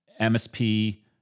MSP